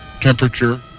Temperature